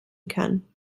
kann